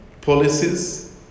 policies